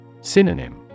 Synonym